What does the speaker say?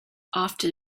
often